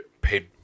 paid